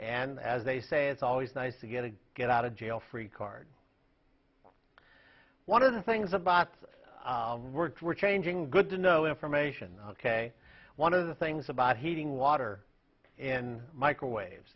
and as they say it's always nice to get a get out of jail free card one of the things about work were changing good to know information ok one of the things about heating water in microwaves